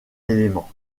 élément